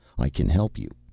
i can help you.